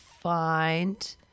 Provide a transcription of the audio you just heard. find